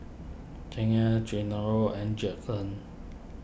Chyna Genaro and Judson